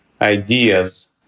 ideas